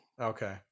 okay